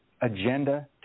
Agenda